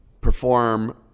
perform